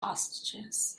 hostages